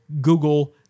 Google